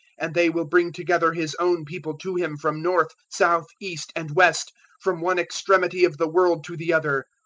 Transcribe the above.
and they will bring together his own people to him from north, south, east and west from one extremity of the world to the other.